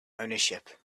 ownership